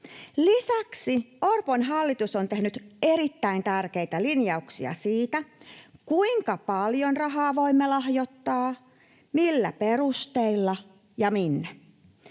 Lisäksi Orpon hallitus on tehnyt erittäin tärkeitä linjauksia siitä, kuinka paljon rahaa voimme lahjoittaa, millä perusteilla ja minne.